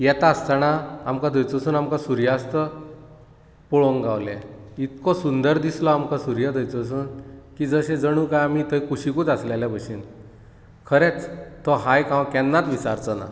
येता आसताणा आमकां थंयसोसून आमकां सुर्यास्त पळोवंक गावलें इतको सुंदर दिसलो आमकां सुर्य थंयसून की जशें आमी जणू काय थंय कुशीकूच आसलेल्या खरेंच तो हायक हांव केन्नाच विसारचो ना